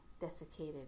desiccated